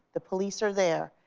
the police are there.